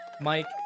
Mike